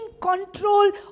control